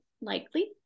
likely